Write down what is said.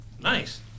nice